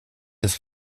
des